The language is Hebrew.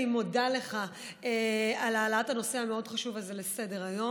אני מודה לך על העלאת הנושא המאוד-חשוב הזה על סדר-היום.